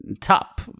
top